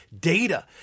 data